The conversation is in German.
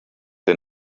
den